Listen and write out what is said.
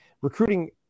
Recruiting